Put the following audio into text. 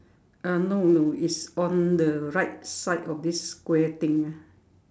uh no no it's on the right side of this square thing ah